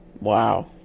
Wow